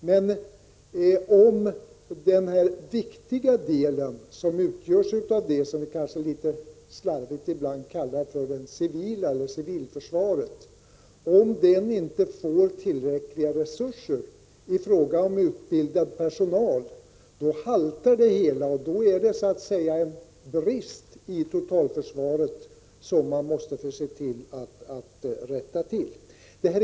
Men om den viktiga delen, som utgörs av det vi kanske litet slarvigt ibland kallar den civila, alltså civilförsvaret, inte får tillräckliga resurser i fråga om utbildad personal, då haltar det, och det blir en brist i totalförsvaret som man måste försöka rätta till.